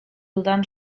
dudan